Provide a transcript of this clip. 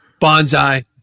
Bonsai